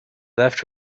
left